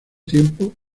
tiempo